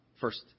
first